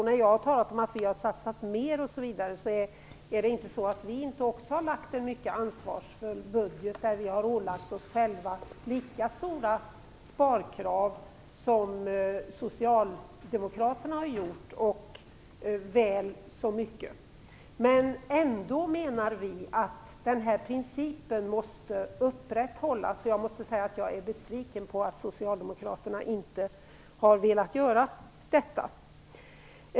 När jag har talat om att vi har satsat mer innebär det ändå att vi också har lagt fram en mycket ansvarsfull budget där vi har ålagt oss själva lika stora sparkrav som socialdemokraterna har ålagt sig. Men ändå menar vi att principen måste upprätthållas, och jag måste säga att jag är besviken på att socialdemokraterna inte har velat göra det.